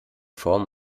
form